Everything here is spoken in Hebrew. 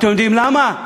אתם יודעים למה?